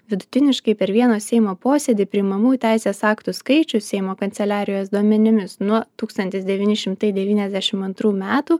vidutiniškai per vieną seimo posėdį priimamų teisės aktų skaičių seimo kanceliarijos duomenimis nuo tūkstantis devyni šimtai devyniasdešim antrų metų